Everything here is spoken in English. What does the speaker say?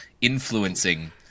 influencing